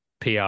pr